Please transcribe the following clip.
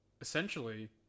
essentially